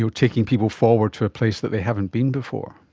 so taking people forward to a place that they haven't been before?